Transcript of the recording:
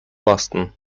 boston